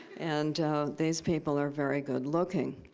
and these people are very good looking.